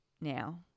now